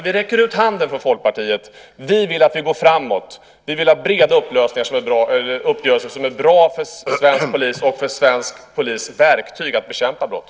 Vi räcker ut handen från Folkpartiet. Vi vill att vi går framåt. Vi vill ha breda uppgörelser som är bra för svensk polis och för polisens verktyg att bekämpa brott.